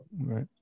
Right